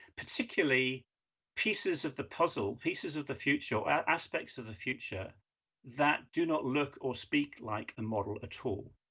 particularly pieces of the puzzle, pieces of the future, aspects of a future that do not look or speak like a model at all.